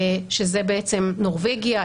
שזה בעצם נורבגיה,